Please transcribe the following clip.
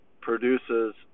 produces